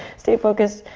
stay focused.